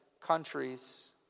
countries